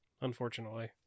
unfortunately